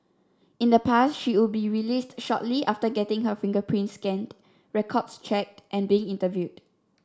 in the past she would be released shortly after getting her fingerprints scanned records checked and being interviewed